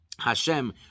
Hashem